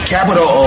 Capital